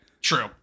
True